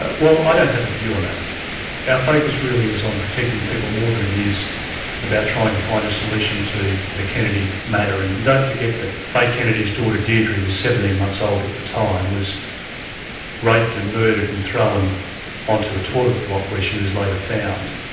ah well i don't have a view on that. our focus really is on protecting people more than it is about trying to find a solution to the kennedy matter, and don't forget that faye kennedy's daughter, deidre, was seventeen months old at the time, was raped and murdered and thrown onto a toilet block where she was later found.